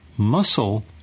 muscle